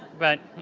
but